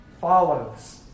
follows